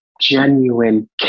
genuine